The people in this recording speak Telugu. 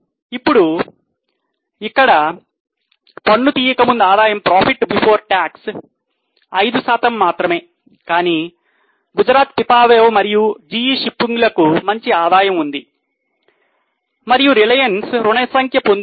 ఇప్పుడు పన్ను తీయక ముందు ఆదాయం ఐదు శాతం మాత్రమే కానీ గుజరాత్Pipavav మరియు GE షిప్పింగ్ లకు చాలా మంచి ఆదాయము ఉంది మరియు రిలయన్స్ రుణ సంఖ్య పొంది ఉంది